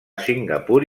singapur